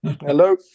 Hello